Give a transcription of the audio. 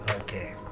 Okay